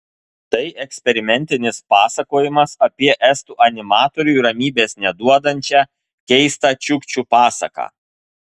tai eksperimentinis pasakojimas apie estų animatoriui ramybės neduodančią keistą čiukčių pasaką